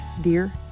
dear